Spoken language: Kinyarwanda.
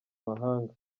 mahanga